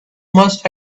must